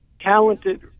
talented